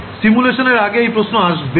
simulation এর আগে এই প্রশ্ন আসবেই